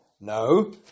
No